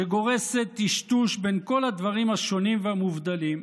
שגורסת טשטוש בין כל הדברים השונים והמובדלים,